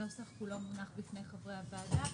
הנוסח כולו מונח לפני חברי הוועדה